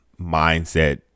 mindset